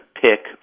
pick